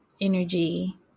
energy